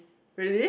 really